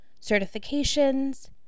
certifications